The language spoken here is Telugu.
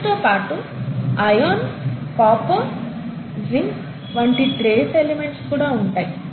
వీటితో పాటు ఐరన్ కాపర్ జింక్ వంటి ట్రేస్ ఎలిమెంట్స్ కూడా ఉంటాయి